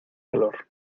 calor